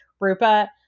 Rupa